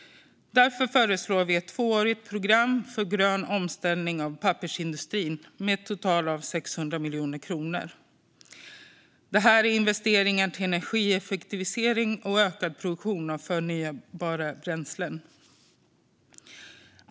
Därför föreslår vi ett tvåårigt program för grön omställning av pappersindustrin om totalt 600 miljoner kronor. Det här ska gå till investeringar för energieffektivisering och ökad produktion av förnybara bränslen.